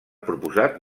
proposat